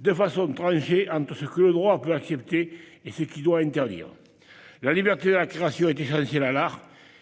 de façon tranchée entre ce que le droit peut accepter et ce qu'il doit interdire. La liberté de la création est essentielle à l'art.